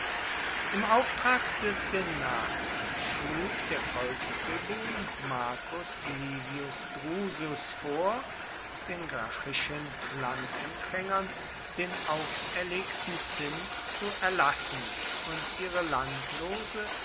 im auftrag des senats schlug der volkstribun marcus livius drusus vor den gracchischen landempfängern den auferlegten zins zu erlassen und ihre landlose